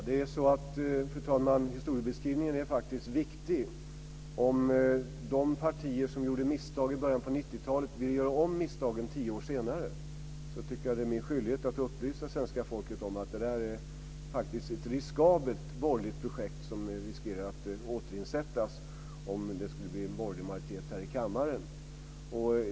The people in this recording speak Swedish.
Fru talman! Historiebeskrivningen är faktiskt viktig. Om de partier som gjorde misstag i början av 90 talet vill göra om misstagen tio år senare tycker jag att det är min skyldighet att upplysa svenska folket om att det faktiskt är ett riskabelt borgerligt projekt som riskerar att återinsättas om det skulle bli en borgerlig majoritet här i kammaren.